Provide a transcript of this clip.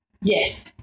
Yes